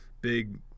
big